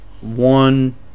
one